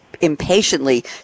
impatiently